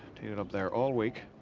up there all week